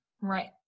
Right